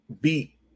beat